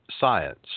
science